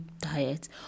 diet